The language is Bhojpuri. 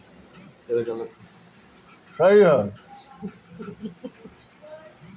अधिका बरखा से खेती के उपजाऊपना खतम होत जात हवे